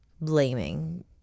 Blaming